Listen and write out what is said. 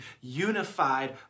unified